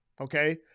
Okay